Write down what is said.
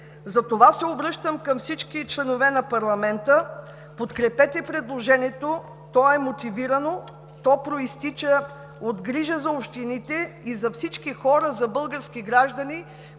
Затова се обръщам към всички членове на парламента: подкрепете предложението! Тое е мотивирано, то произтича от грижа за общините и за всички хора – български граждани,